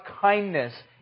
kindness